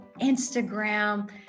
instagram